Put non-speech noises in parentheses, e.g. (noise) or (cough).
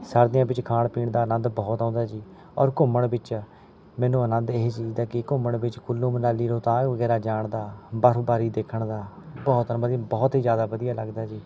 ਸਰਦੀਆਂ ਵਿੱਚ ਖਾਣ ਪੀਣ ਦਾ ਅਨੰਦ ਬਹੁਤ ਆਉਂਦਾ ਜੀ ਔਰ ਘੁੰਮਣ ਵਿੱਚ ਮੈਨੂੰ ਅਨੰਦ ਇਹ ਚੀਜ਼ ਦਾ ਕਿ ਘੁੰਮਣ ਵਿੱਚ ਕੁੱਲੂ ਮਨਾਲੀ ਰੋਹਤਾਂਗ ਵਗੈਰਾ ਜਾਣ ਦਾ ਬਰਫਬਾਰੀ ਦੇਖਣ ਦਾ ਬਹੁਤ (unintelligible) ਬਹੁਤ ਹੀ ਜ਼ਿਆਦਾ ਵਧੀਆ ਲੱਗਦਾ ਜੀ